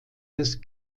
des